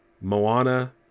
Moana